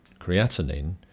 creatinine